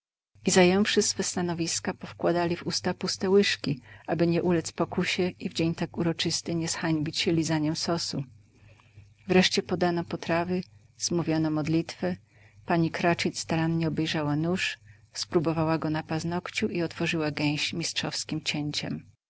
zająwszy swe stanowiska powkładali w usta puste łyżki aby nie uledz pokusie i w dzień tak uroczysty nie zhańbić się lizaniem sosu wreszcie podano potrawy zmówiono modlitwę pani cratchit starannie obejrzała nóż spróbowała go na paznogciu i otworzyła gęś mistrzowskiem cięciem